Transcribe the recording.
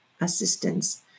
assistance